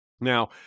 Now